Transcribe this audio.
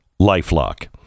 LifeLock